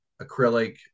acrylic